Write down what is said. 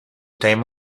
time